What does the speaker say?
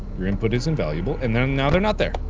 your input is invaluable and then now they're not there.